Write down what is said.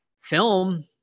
film